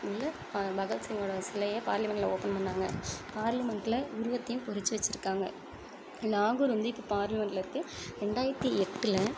உள்ள ப பகத்சிங்கோட சிலையை பார்லிமெண்ட்ல ஓப்பன் பண்ணாங்கள் பார்லிமெண்ட்ல உருவத்தையும் பொறிச்சு வச்சிருக்காங்க லாகூர் வந்து இப்போ பார்லிமெண்ட்ல இருக்குது ரெண்டாயிரத்தி எட்டில்